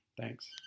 Thanks